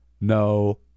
no